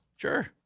Sure